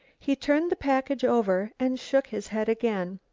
he turned the package over and shook his head again.